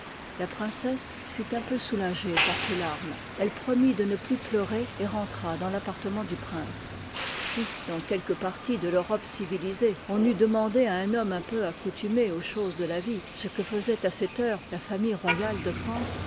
la princesse fut un peu soulagée par ses larmes ii pabt elle promit de ne plus pleurer et rentra liv u dans l'appartement du prince si dans quelque partie de l'europe civir îisée on eût demandé à un homme un peu accoutumé aux chose de la vre ce que faisoit à cette heure la famille royale de france